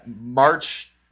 March